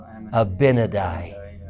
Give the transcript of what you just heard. Abinadi